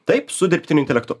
taip su dirbtiniu intelektu